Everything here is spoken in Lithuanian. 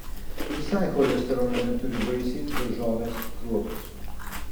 visai cholesterolio neturi vaisiai daržovės kruopos